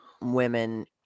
women